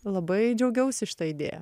labai džiaugiausi šita idėja